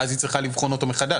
והיא צריכה לבחון אותו מחדש.